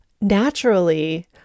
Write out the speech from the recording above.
naturally